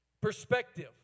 perspective